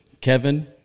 Kevin